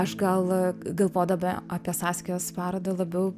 aš gal galvodama apie saskijos parodą labiau